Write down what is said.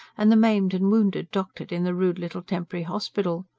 and the maimed and wounded doctored in the rude little temporary hospital.